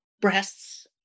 breasts